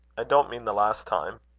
i don't mean the last time.